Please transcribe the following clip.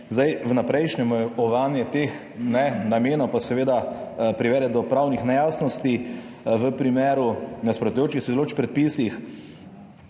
namene. Vnaprejšnje omejevanje teh namenov pa seveda privede do pravnih nejasnosti v primeru nasprotujočih si določb v predpisih